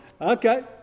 okay